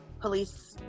police